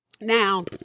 Now